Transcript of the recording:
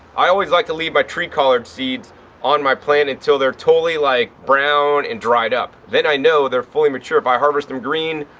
i always like to leave my tree collard seeds on my plant until they're totally like brown and dried up. then i know they're fully mature. if i harvest them green,